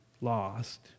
lost